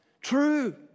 true